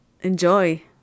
enjoy